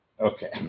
Okay